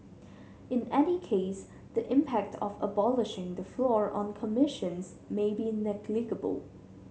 in any case the impact of abolishing the floor on commissions may be negligible